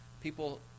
people